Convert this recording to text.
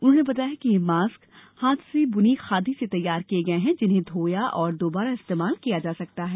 उन्होंने कहा कि ये विशेष मास्क हाथ से बुनी खादी से तैयार किये गये हैं जिन्हें धोया और दोबारा उपयोग किया जा सकता है